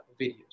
videos